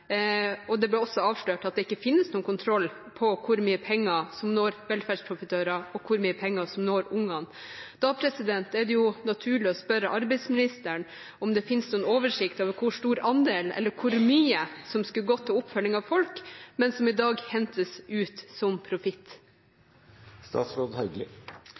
og det ble også avslørt at det ikke finnes noen kontroll med hvor mye penger som når velferdsprofitører, og hvor mye penger som når ungene. Da er det naturlig å spørre arbeidsministeren om det finnes noen oversikt over hvor stor andel – eller hvor mye – som skulle gått til oppfølging av folk, men som i dag hentes ut som profitt.